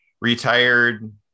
Retired